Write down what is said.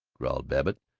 growled babbitt,